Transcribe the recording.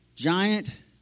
Giant